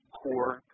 core